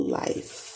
life